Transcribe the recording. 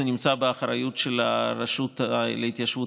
זה נמצא באחריות של הרשות לפיתוח התיישבות